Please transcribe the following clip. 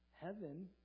heaven